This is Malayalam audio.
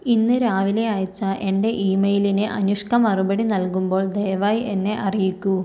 ഇന്ന് രാവിലെ അയച്ച എൻ്റെ ഇമെയിലിന് അനുഷ്ക മറുപടി നൽകുമ്പോൾ ദയവായി എന്നെ അറിയിക്കൂ